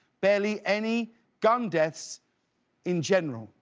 barely any gun deaths in general.